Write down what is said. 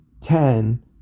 ten